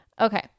Okay